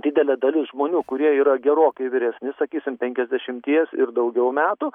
didelė dalis žmonių kurie yra gerokai vyresni sakysim penkiasdešimties ir daugiau metų